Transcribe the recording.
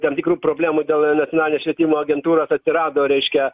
tam tikrų problemų dėl nacionalinės švietimo agentūros atsirado reiškia